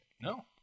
No